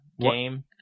game